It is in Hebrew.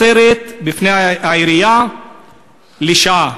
לפני העירייה עצרת לשעה.